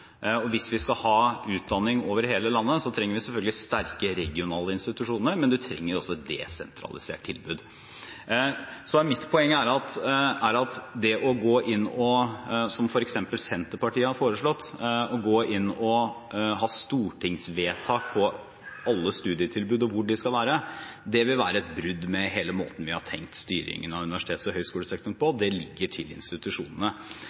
campusdiskusjon. Hvis vi skal ha utdanning over hele landet, trenger vi selvfølgelig sterke regionale institusjoner, men vi trenger også et desentralisert tilbud. Så mitt poeng er at det å gå inn og ha stortingsvedtak på alle studietilbud, og hvor de skal være, som f.eks. Senterpartiet har foreslått, vil være et brudd med hele måten vi har tenkt styringen av universitets- og høyskolesektoren på. Det ligger til institusjonene.